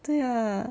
对啊